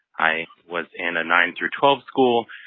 i was in a nine through twelve school,